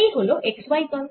এই হল x y তল